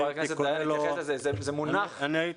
זה מונח --- אני הייתי קורא לו חינוך ממשיך.